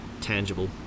tangible